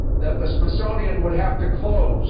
that the smithsonian would have to close